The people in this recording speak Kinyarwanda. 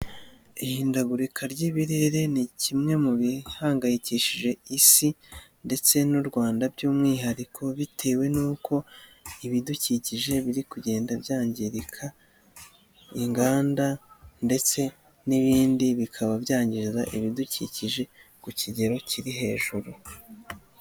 Ihindagurika ry'ibirere ni kimwe mu bihangayikishije isi ndetse n'u Rwanda by'umwihariko bitewe n'uko ibidukikije biri kugenda byangirika, inganda ndetse n'ibindi bikaba byangiza ibidukikije ku kigero kiri hejuru.